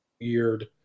weird